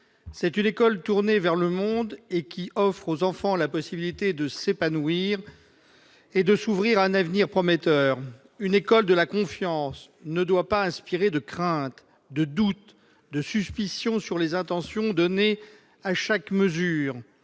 d'une école tournée vers le monde, qui offre aux enfants la possibilité de s'épanouir et de prétendre à un avenir prometteur. Une école de la confiance ne doit pas inspirer de craintes, de doutes, de suspicions sur les intentions qu'elle affiche- je